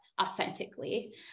authentically